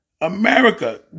America